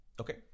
Okay